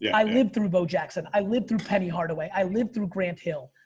yeah i lived through bo jackson. i lived through petty hardaway. i lived through grant hill.